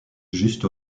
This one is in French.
juste